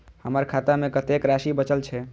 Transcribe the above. हमर खाता में कतेक राशि बचल छे?